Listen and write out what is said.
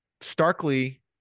starkly